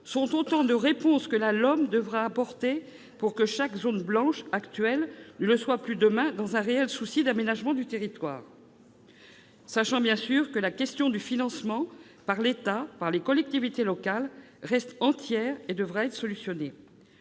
sont autant de réponses que la LOM devra apporter pour que chaque zone blanche actuelle ne le soit plus demain, dans un réel souci d'aménagement du territoire. N'oublions pas non plus que la question du financement, par l'État et les collectivités locales, reste entière. Elle devra être résolue.